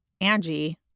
Angie